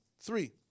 Three